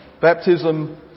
baptism